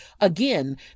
Again